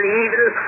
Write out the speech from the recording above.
evil